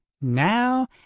Now